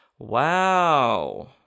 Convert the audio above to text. Wow